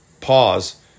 pause